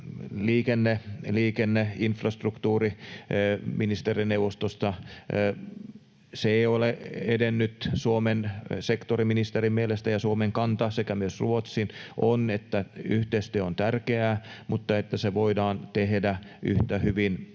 liikenneinfrastruktuuriministerineuvostosta. Se ei ole edennyt Suomen sektoriministerin mielestä, ja Suomen kanta — sekä myös Ruotsin — on, että yhteistyö on tärkeää mutta että se voidaan tehdä yhtä hyvin